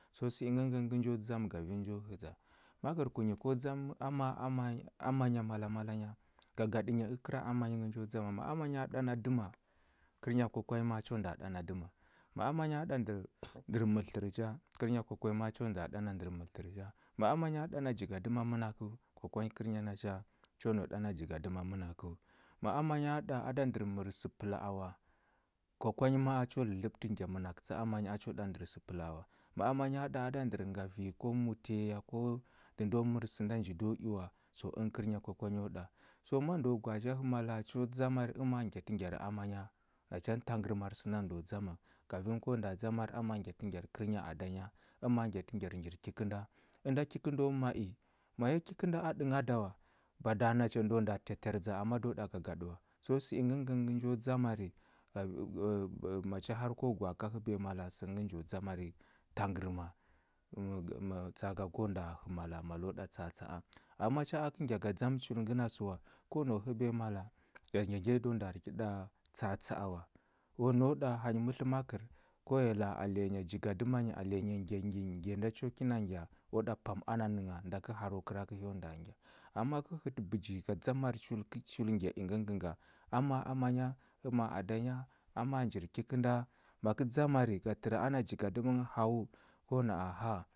So sə ingə ngəngə ngə njo dzam gaving njo hədza. Makərkunyi, ko dzam ama amai amanya mala mala nya? Gagaɗə nyi kəra ama yi ngə njo dzama, ma amanya ɗa na dəma, kərnya kwa kwa nyi ma a cho nda ɗa na dəma. Ma amanya ɗa ndər ndər mər tlər cha, kərnya kwa kwa ma a cho nda ɗa na ndər mər tlər cha. Ma amanya ɗa a jigadəma mənakəu, kwa kwa nyi kərnya nacha, cho nau ɗa na jigadəma mənakəu. Ma amanya ɗa a da ndər mər səpəla a wa, kwa kwa nyi ma a cho dlədləɓətə ngya mənakə tsa ama nyi a cho ɗa ndər səpəla a wa. Ma amanya ɗa a da ndər ngavi ko mutiyaya ko ndə ndo mər sənda nji do i wa, so əngə kərnya kwa kwa nyo ɗa. So ma ndəu gwa a ja hə mala cho dzamar ama ngyatə ngyar amanya? Nacha ngə tangərmar sənda ndo dzama. Kafin ko nda dzamar ama ngyatə ngyar kərnya adanya? Ama ngyatə ngyar njir ki kənda? Ənda ki kəndo ma i, ma yi ki kənda a ɗəngha da wa, bada nacha ndo nda tyatyardza amma do ɗa gagaɗə wa. So sə ingə ngə ngə njo dzamari mache har ko gwa a ka həbiya mala sə ngə njo dzamari tangərma tsa aka go nda hə mala, malo ɗa tsa atsa a. Amma macha kə ngya ga dzam chul ngəna sə wa, ko nau həbiya mala, ya ngya ngya yi da nda ki ɗa tsa atsa a wa. O nau ɗa hanyi mətlə makər ko ghəya la a alenya jigadəma nyi alenya ngya nyi ngya ngya ngya nda cho kina ngya o ɗa pam ana nəngha, nda kə har o kəra kə hyo nda ngya. Amma ma kə hətə bəji ga dzamar chulkə chul ngya ingə ngəngə nga. Ama amanya? Əma adanya? Ama njir ki kənda? Ma kə dzamari ga təra ana jigadəma nghə hawu ko na aha